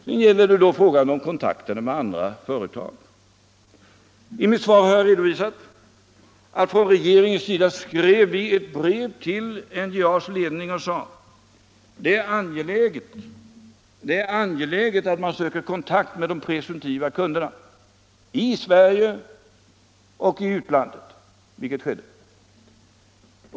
Sedan gäller det frågan om kontakterna med andra företag. I mitt svar har jag redovisat att vi från regeringens sida skrev ett brev till NJA:s ledning och sade att det är angeläget att söka kontakt med de presumtiva kunderna i Sverige och i utlandet, vilket skedde.